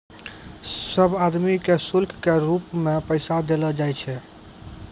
सब आदमी के शुल्क के रूप मे पैसा देलो जाय छै